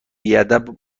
بیادب